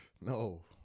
No